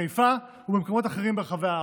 בחיפה ובמקומות אחרים ברחבי הארץ.